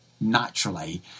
naturally